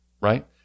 right